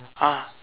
ah